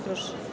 Proszę.